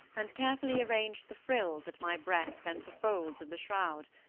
and carefully arranged the frills at my breast and the folds of the shroud,